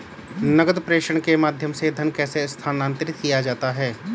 नकद प्रेषण के माध्यम से धन कैसे स्थानांतरित किया जाता है?